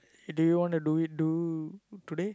eh do you wanna do it do today